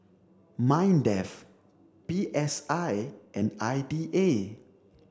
MINDEF P S I and I D A